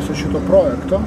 su šituo projektu